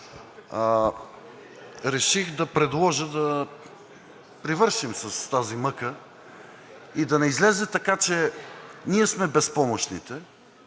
реших да предложа да привършим с тази мъка и да не излезе така, че ние сме безпомощните,